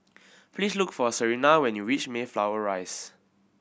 please look for Serina when you reach Mayflower Rise